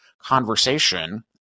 conversation